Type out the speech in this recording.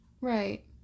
right